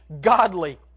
godly